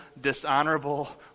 dishonorable